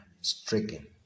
stricken